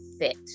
fit